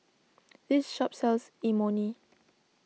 this shop sells Imoni